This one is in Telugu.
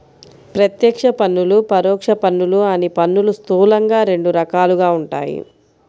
ప్రత్యక్ష పన్నులు, పరోక్ష పన్నులు అని పన్నులు స్థూలంగా రెండు రకాలుగా ఉంటాయి